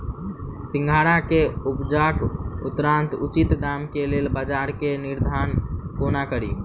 सिंघाड़ा केँ उपजक उपरांत उचित दाम केँ लेल बजार केँ निर्धारण कोना कड़ी?